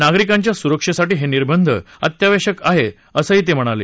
नागरिकांच्या सुरक्षेसाठी हे निर्दंध अत्यावश्यक आहेत असं ते म्हणाले